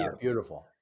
beautiful